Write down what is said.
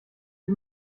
sie